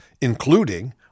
including